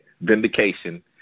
vindication